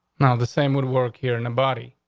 now. the same would work here in the body.